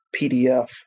PDF